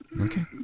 okay